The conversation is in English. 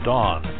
Dawn